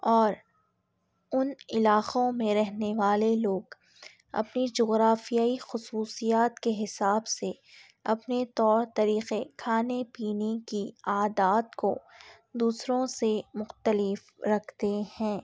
اور ان علاقوں میں رہنے والے لوگ اپنے جغرافیائی خصوصیات کے حساب سے اپنے طور طریقے کھانے پینے کی عادات کو دوسروں سے مختلف رکھتے ہیں